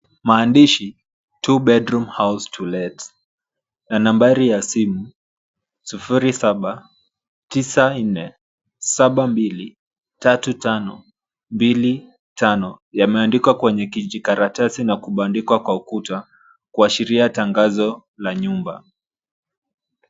Maandishi, two bedroom house to let ,na nambari ya simu sufuri saba tisa nne saba mbili tatu tano mbili tano yameandikwa kwenye kijikaratasi na kubandikwa kwa ukuta kuashiria tangazo la nyumba.